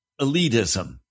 elitism